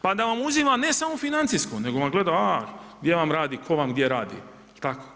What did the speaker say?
Pa da vam uzima ne samo financijsko nego vam gleda gdje vam radi, tko vam gdje radi, je li tako?